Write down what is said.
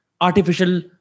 artificial